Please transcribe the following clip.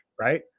right